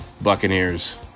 Buccaneers